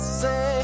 say